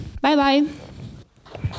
Bye-bye